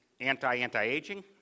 anti-anti-aging